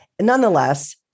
Nonetheless